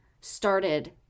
started